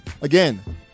again